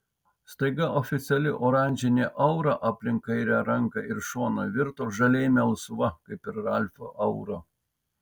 staiga oficiali oranžinė aura aplink kairę ranką ir šoną virto žaliai melsva kaip ir ralfo aura